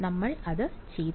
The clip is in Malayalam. വിദ്യാർത്ഥി നമ്മൾ അത് ചെയ്തു